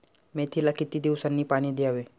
मेथीला किती दिवसांनी पाणी द्यावे?